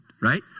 right